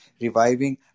reviving